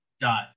dot